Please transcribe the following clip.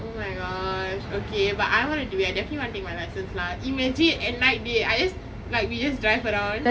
oh my gosh okay but I wanna do it I definitely want to take my licence lah imagine at night dey I just like we just like drive around